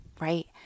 right